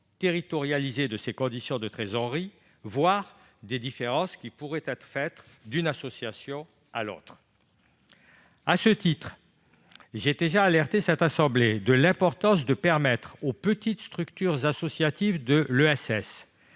territorialisées de ces conditions de trésorerie, voire des différences qui pourraient être faites d'une association à l'autre. À ce titre, j'ai déjà alerté cette assemblée de l'importance de permettre aux petites structures associatives de l'ESS,